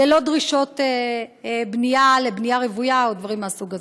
ללא דרישות לבנייה רוויה או דברים מהסוג הזה.